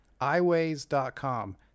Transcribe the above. Iways.com